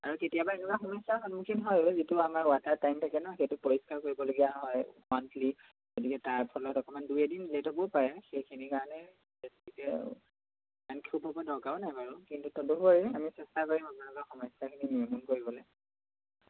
আৰু কেতিয়াবা এনেকুৱা সমস্যাৰ সন্মুখীন হয় যিটো আমাৰ ৱাটাৰ টাইম থাকে ন সেইটো পৰিষ্কাৰ কৰিবলগীয়া হয় মান্থলী গতিকে তাৰ ফলত অকণমান দুই এদিন লেট হ'বও পাৰে সেইখিনিৰ কাৰণে হ'ব দৰকাৰো নাই বাৰু কিন্তু তদুপৰি আমি চেষ্টা কৰিম আপোনালোকৰ সমস্যাখিনি নিৰ্মূল কৰিবলৈ